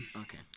Okay